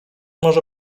może